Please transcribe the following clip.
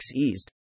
eased